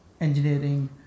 engineering